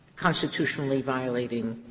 constitutionally violating